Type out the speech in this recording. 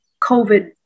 COVID